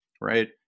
right